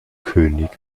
könig